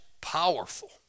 powerful